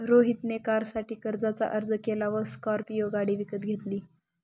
रोहित ने कारसाठी कर्जाचा अर्ज केला व स्कॉर्पियो गाडी विकत घेतली